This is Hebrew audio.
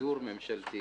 שידור ממשלתי